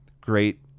great